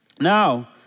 Now